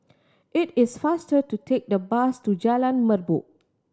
it is faster to take the bus to Jalan Merbok